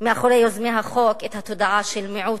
מאחורי יוזמי החוק התודעה של מיעוט.